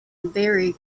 vary